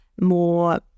more